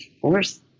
force